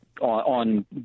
on